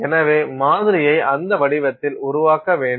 எனவே மாதிரியை அந்த வடிவத்தில் உருவாக்க வேண்டும்